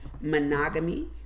Monogamy